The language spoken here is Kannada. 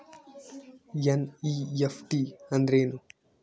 ಎನ್.ಇ.ಎಫ್.ಟಿ ಅಂದ್ರೆನು?